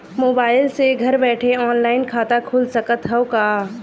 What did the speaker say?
Mobile से घर बैठे ऑनलाइन खाता खुल सकत हव का?